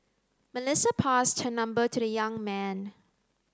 Melissa passed her number to the young man